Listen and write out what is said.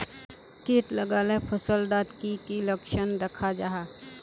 किट लगाले फसल डात की की लक्षण दखा जहा?